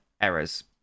errors